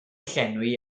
llenwi